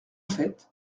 fait